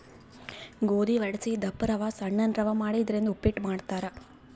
ಗೋಧಿ ವಡಸಿ ದಪ್ಪ ರವಾ ಸಣ್ಣನ್ ರವಾ ಮಾಡಿ ಇದರಿಂದ ಉಪ್ಪಿಟ್ ಮಾಡ್ತಾರ್